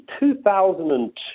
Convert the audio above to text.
2002